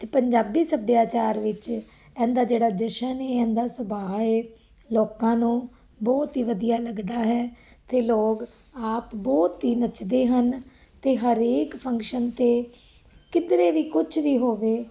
ਅਤੇ ਪੰਜਾਬੀ ਸੱਭਿਆਚਾਰ ਵਿੱਚ ਇਹਦਾ ਜਿਹੜਾ ਜਸ਼ਨ ਹੀ ਇਹਦਾ ਸੁਭਾਅ ਹੈ ਲੋਕਾਂ ਨੂੰ ਬਹੁਤ ਹੀ ਵਧੀਆ ਲੱਗਦਾ ਹੈ ਅਤੇ ਲੋਕ ਆਪ ਬਹੁਤ ਹੀ ਨੱਚਦੇ ਹਨ ਅਤੇ ਹਰੇਕ ਫੰਕਸ਼ਨ 'ਤੇ ਕਿਧਰੇ ਵੀ ਕੁਛ ਵੀ ਹੋਵੇ